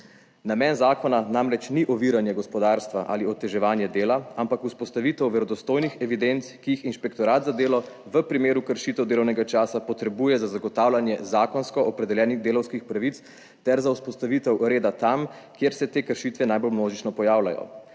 Namen zakona namreč ni oviranje gospodarstva ali oteževanje dela, ampak vzpostavitev verodostojnih evidenc, ki jih inšpektorat za delo v primeru kršitev delovnega časa potrebuje za zagotavljanje zakonsko opredeljenih delavskih pravic ter za vzpostavitev reda tam, kjer se te kršitve najbolj množično pojavljajo.